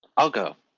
i'll go.